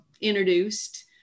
introduced